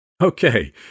Okay